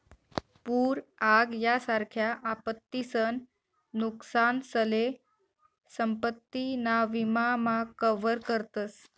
पूर आग यासारख्या आपत्तीसन नुकसानसले संपत्ती ना विमा मा कवर करतस